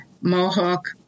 Mohawk